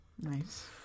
Nice